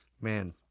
Man